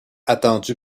attendu